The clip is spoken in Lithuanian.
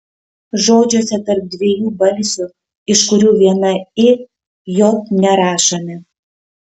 žodžiuose tarp dviejų balsių iš kurių viena i j nerašome